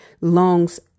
longs